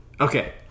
Okay